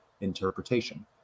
interpretation